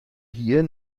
hier